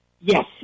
Yes